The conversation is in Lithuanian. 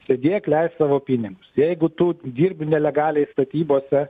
sėdėk leisk savo pinigus jeigu tu dirbi nelegaliai statybose